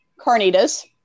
carnitas